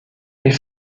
les